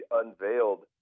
unveiled